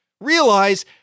realize